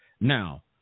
Now